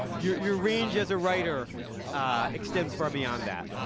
your your range as a writer extends far beyond that.